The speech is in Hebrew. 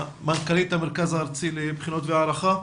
מנכ"לית המרכז הארצי לבחינות והערכה.